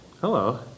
Hello